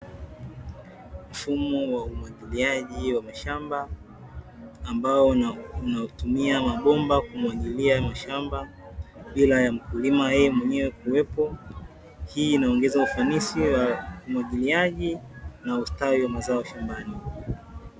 Mfumo wa umwagiliaji wa mashamba, ambao unatumia mabomba kumwagilia mashamba bila ya mkulima yeye mwenyewe kuwepo. Hii inaongeza ufanisi wa umwagiliaji na ustawi wa mazao shambani.